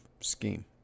scheme